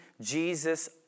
Jesus